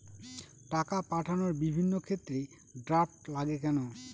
টাকা পাঠানোর বিভিন্ন ক্ষেত্রে ড্রাফট লাগে কেন?